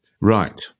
Right